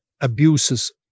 abuses